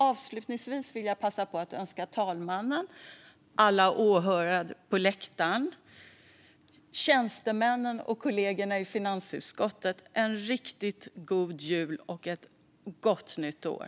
Avslutningsvis vill jag passa på att önska talmannen, alla åhörare på läktaren, tjänstemännen och kollegorna i finansutskottet en riktigt god jul och ett gott nytt år.